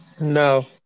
No